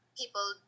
people